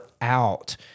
out